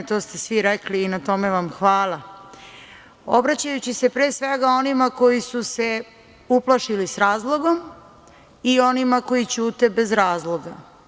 To ste svi rekli i na tome vam hvala, obraćajući se pre svega onima koji su se uplašili sa razlogom i onima koji ćute bez razloga.